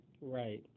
Right